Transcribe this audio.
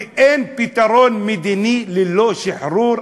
ואין פתרון מדיני ללא שחרור אסירים.